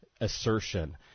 assertion